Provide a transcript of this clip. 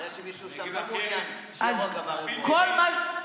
כנראה שמישהו שם לא מעוניין שיהיה רוגע בערים המעורבות.